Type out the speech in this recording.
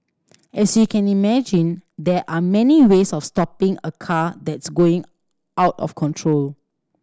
as you can imagine there are many ways of stopping a car that's going out of control